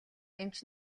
эмч